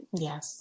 Yes